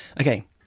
Okay